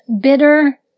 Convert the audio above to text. bitter